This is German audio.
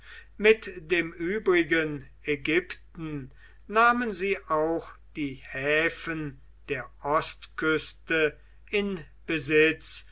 mit dem übrigen ägypten nahmen sie auch die häfen der ostküste in besitz